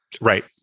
Right